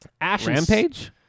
Rampage